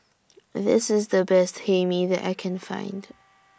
This IS The Best Hae Mee that I Can Find